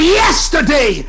yesterday